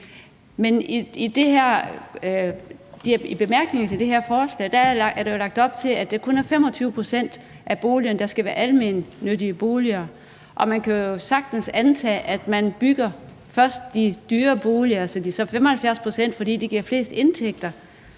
i bemærkningerne til det her forslag er der jo lagt op til, at det kun er 25 pct. af boligerne, der skal være almennyttige boliger, og man kan jo sagtens antage, at man først bygger de dyre boliger, altså de 75 pct., fordi de giver flest indtægter.